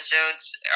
episodes